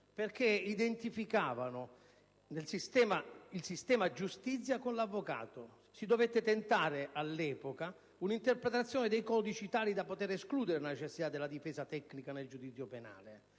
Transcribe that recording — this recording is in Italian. perché identificavano il sistema giustizia con l'avvocato. Si dovette tentare all'epoca un'interpretazione dei codici tale da poter escludere la necessità della difesa tecnica nel giudizio penale: